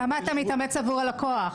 כמה אתה מתאמץ עבור הלקוח?